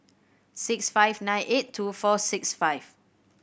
six five nine eight two four six five